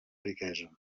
riquesa